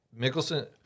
Mickelson